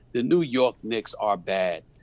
the new york knicks are bad,